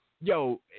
yo